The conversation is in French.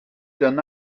d’un